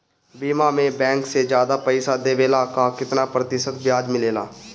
बीमा में बैंक से ज्यादा पइसा देवेला का कितना प्रतिशत ब्याज मिलेला?